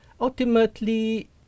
Ultimately